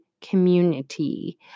community